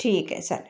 ठीक आहे चालेल